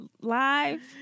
Live